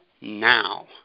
now